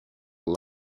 all